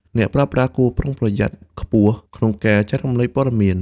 អ្នកប្រើប្រាស់គួរមានការប្រុងប្រយ័ត្នខ្ពស់ក្នុងការចែករំលែកព័ត៌មាន។